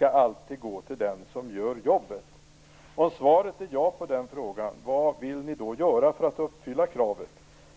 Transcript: alltid skall gå till den som gör jobbet? Om svaret är ja på den punkten, vad vill ni då göra för att uppfylla kravet?